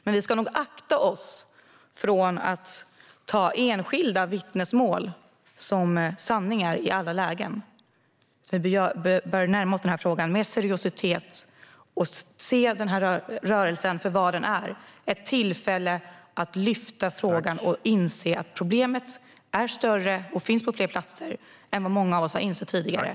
Men vi ska nog akta oss för att ta enskilda vittnesmål som sanningar i alla lägen. Vi bör närma oss frågan med seriositet och se rörelsen för vad den är: ett tillfälle att lyfta fram frågan och inse att problemet är större och finns på fler platser än vad många av oss tidigare har insett.